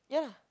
ya